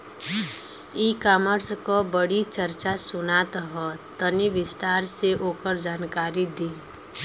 ई कॉमर्स क बड़ी चर्चा सुनात ह तनि विस्तार से ओकर जानकारी दी?